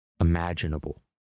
imaginable